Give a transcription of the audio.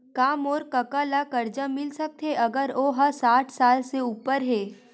का मोर कका ला कर्जा मिल सकथे अगर ओ हा साठ साल से उपर हे?